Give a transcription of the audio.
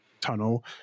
tunnel